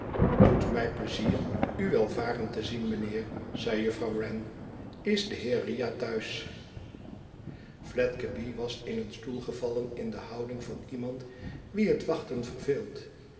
doet mij pleizier u welvarend te zien mijnheer zei juffrouw wren is de heer riah thuis fledgeby was in een stoel gevallen in de houding van iemand wien het wachten verveelt